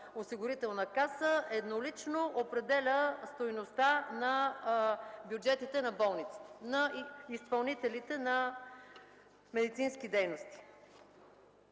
здравноосигурителна каса еднолично определя стойността на бюджетите на болниците, на изпълнителите на медицински дейности.